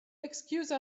excuse